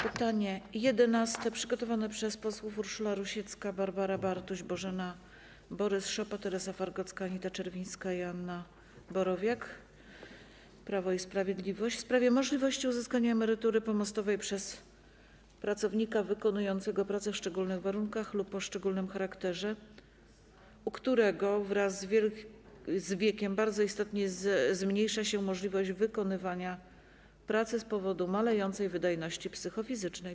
Pytanie nr 11, przygotowane przez posłów Urszulę Rusecką, Barbarę Bartuś, Bożenę Borys-Szopę, Teresę Wargocką, Anitę Czerwińską i Joannę Borowiak, Prawo i Sprawiedliwość, jest w sprawie możliwości uzyskania emerytury pomostowej przez pracownika wykonującego pracę w szczególnych warunkach lub o szczególnym charakterze, u którego wraz z wiekiem bardzo istotnie zmniejsza się możliwość wykonywania pracy z powodu malejącej wydajności psychofizycznej.